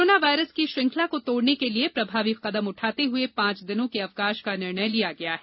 corona virus की श्रृंखला को तोड़ने के लिए प्रभावी कदम उठाते हुए पांच दिनों के अवकाश का निर्णय लिया गया है